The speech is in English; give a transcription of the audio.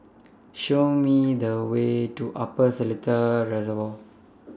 Show Me The Way to Upper Seletar Reservoir